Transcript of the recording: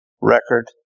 record